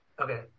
Okay